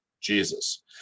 Jesus